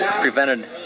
prevented